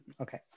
okay